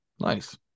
Nice